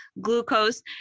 glucose